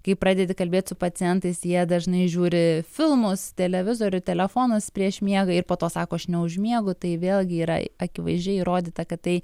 kai pradedi kalbėt su pacientais jie dažnai žiūri filmus televizorių telefonas prieš miegą ir po to sako aš neužmiegu tai vėlgi yra akivaizdžiai įrodyta kad tai